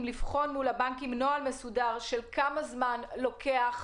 לבחון מול הבנקים נוהל מסודר של כמה זמן לוקח